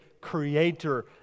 creator